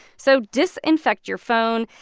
so disinfect your phone.